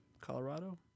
colorado